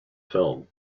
film